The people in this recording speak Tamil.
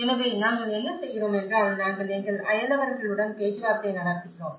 எனவே நாங்கள் என்ன செய்கிறோம் என்றால் நாங்கள் எங்கள் அயலவர்களுடன் பேச்சுவார்த்தை நடத்துகிறோம்